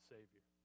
Savior